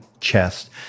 chest